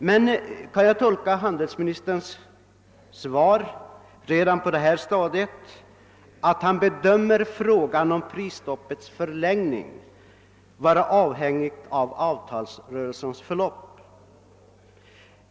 Men kan jag redan på detta stadium tolka handelsministern så att han bedömer frågan om prisstoppets förlängning' vara avhängig av avtalsrörelsén§s' förlopp?